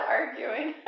arguing